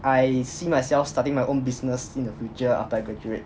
I see myself starting my own business in the future after I graduate